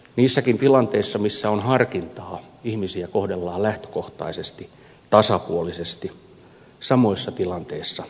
niissäkin tilanteissa joissa on harkintaa ihmisiä kohdellaan lähtökohtaisesti tasapuolisesti samoissa tilanteissa samalla tavalla